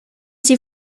sie